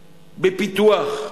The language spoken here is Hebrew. בפיתוח.